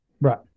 Right